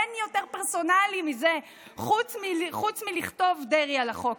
אין יותר פרסונלי מזה חוץ מלכתוב "דרעי" על החוק.